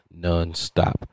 nonstop